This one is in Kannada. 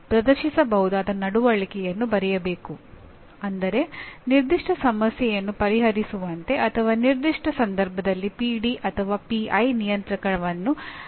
ಆದ್ದರಿಂದ ಬೋಧನಾ ಉದ್ದೇಶಗಳು ಅಥವಾ ಕಲಿಕೆಯ ಉದ್ದೇಶಗಳನ್ನು ವರ್ತನೆಯ ಪರಿಭಾಷೆಯಲ್ಲಿ ಹೇಳಲಾಗುತ್ತದೆ